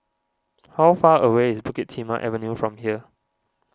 how far away is Pukit Timah Avenue from here